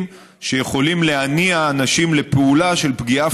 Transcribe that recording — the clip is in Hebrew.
שיכולים להניע אנשים לפעולה של פגיעה